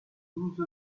douze